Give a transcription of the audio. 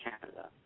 Canada